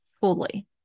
fully